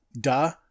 Duh